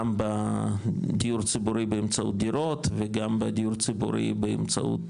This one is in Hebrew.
גם בדיור ציבורי באמצעות דירות וגם בדיור ציבורי באמצעות